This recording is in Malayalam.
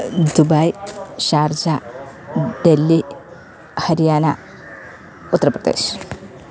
Dubai Sharjah Delhi Haryana Uttar Pradesh